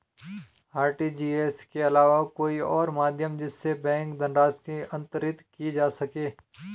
RTGS के अलावा कोई और माध्यम जिससे बैंक धनराशि अंतरित की जा सके?